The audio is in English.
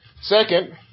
Second